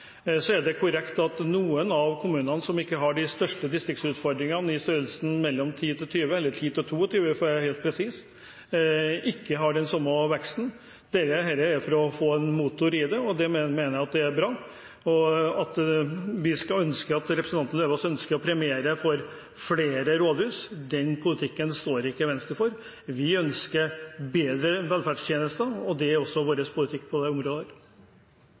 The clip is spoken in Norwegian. største distriktsutfordringene, med innbyggertall i størrelsesorden 10 000–22 000 – for å være helt presis – ikke har den samme veksten. Dette er for å få en motor i det, og det mener jeg er bra. Representanten Lauvås ønsker å premiere for å få flere rådhus. Den politikken står ikke Venstre for. Vi ønsker bedre velferdstjenester. Det er vår politikk på dette området.